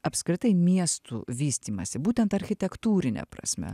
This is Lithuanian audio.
apskritai miestų vystymąsi būtent architektūrine prasme